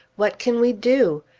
what can we do?